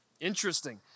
Interesting